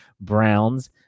Browns